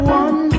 one